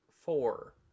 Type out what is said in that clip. four